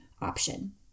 option